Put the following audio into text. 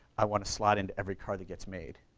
i wanna slide in to every car that gets made.